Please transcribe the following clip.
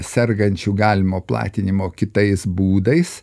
sergančių galimo platinimo kitais būdais